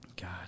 God